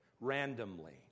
randomly